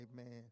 Amen